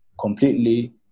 completely